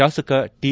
ಶಾಸಕ ಟಿ